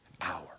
hour